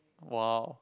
!wow!